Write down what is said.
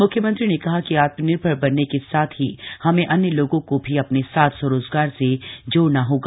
मुख्यमंत्री ने कहा कि आत्मनिर्भर बनने के साथ ही हमें अन्य लोगों को भी अपने साथ स्वरोजगार से जोड़ना होगा